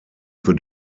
für